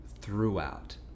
throughout